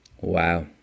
Wow